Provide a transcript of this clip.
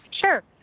Sure